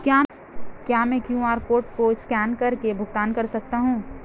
क्या मैं QR code को स्कैन करके भुगतान कर सकता हूं?